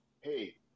Hey